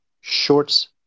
shorts